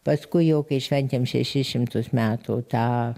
paskui jau kai šventėm šešis šimtus metų tą